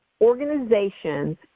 organizations